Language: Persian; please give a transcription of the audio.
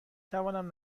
توانم